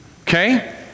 okay